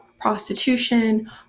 prostitution